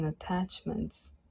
attachments